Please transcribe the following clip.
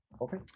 Okay